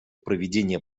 проведения